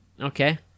okay